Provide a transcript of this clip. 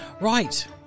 Right